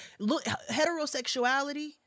heterosexuality